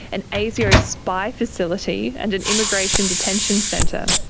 an asio spy facility, and an immigration detention centre.